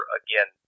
again